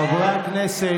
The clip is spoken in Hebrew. חברי הכנסת,